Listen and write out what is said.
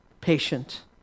patient